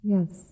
Yes